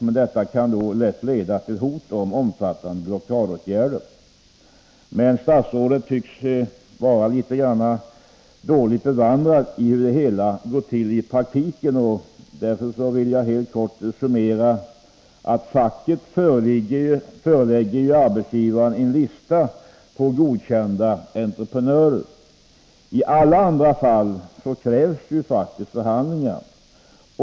Men detta kan lätt leda till hot om omfattande blockadåtgärder. Statsrådet tycks i någon mån vara dåligt bevandrad i hur det hela går till i praktiken. Därför vill jag helt kort summera: Facket förelägger ju arbetsgivaren en lista på godkända entreprenörer. I alla andra fall krävs förhandlingar.